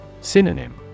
Synonym